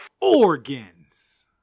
Organs